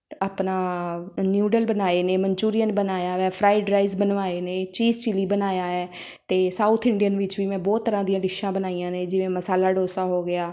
ਆਪਣਾ ਨਿਊਡਲ ਬਣਾਏ ਨੇ ਮਨਚੂਰੀਅਨ ਬਣਾਇਆ ਹੈ ਫਰਾਈਡ ਰਾਈਜ਼ ਬਣਵਾਏ ਨੇ ਚੀਸ ਚਿਲੀ ਬਣਾਇਆ ਹੈ ਅਤੇ ਸਾਊਥ ਇੰਡੀਅਨ ਵਿੱਚ ਵੀ ਮੈਂ ਬਹੁਤ ਤਰ੍ਹਾਂ ਦੀਆਂ ਡਿਸ਼ਾਂ ਬਣਾਈਆਂ ਨੇ ਜਿਵੇਂ ਮਸਾਲਾ ਡੋਸਾ ਹੋ ਗਿਆ